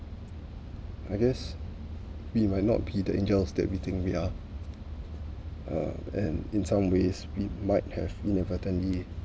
I guess we might not be the angels that we think we are uh and in some ways it might have inadvertently